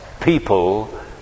people